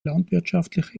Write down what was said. landwirtschaftliche